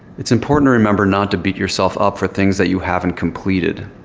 it's important to remember not to beat yourself up for things that you haven't completed.